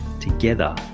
Together